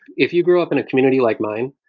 if you grew up in a community like mine,